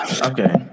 Okay